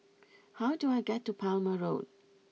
how do I get to Palmer Road